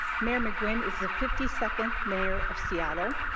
mayor mcginn is the fifty second mayor of seattle.